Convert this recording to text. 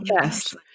Yes